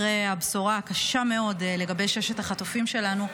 אחרי הבשורה הקשה מאוד על ששת החטופים שלנו,